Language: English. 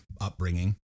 upbringing